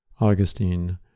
Augustine